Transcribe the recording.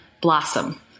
blossom